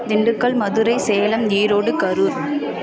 Dindigul Madurai Salem Erode Karur